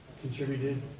contributed